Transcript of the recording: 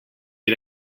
you